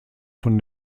von